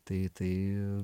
tai tai